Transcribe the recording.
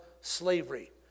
slavery